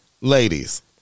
Ladies